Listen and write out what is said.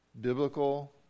biblical